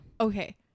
Okay